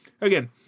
Again